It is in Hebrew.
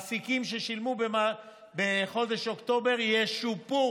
מעסיקים ששילמו בחודש אוקטובר ישופו